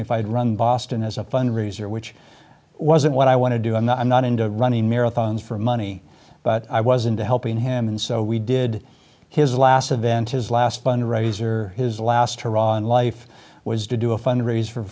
me if i had run boston as a fundraiser which wasn't what i want to do and i'm not into running marathons for money but i wasn't helping him and so we did his last event his last fund raiser his last hurrah in life was to do a fundraiser for